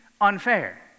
unfair